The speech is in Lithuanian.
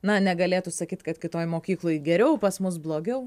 na negalėtų sakyt kad kitoj mokykloj geriau pas mus blogiau